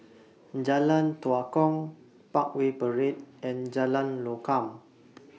Jalan Tua Kong Parkway Parade and Jalan Lokam